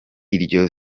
iryo